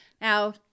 Now